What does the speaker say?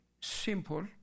simple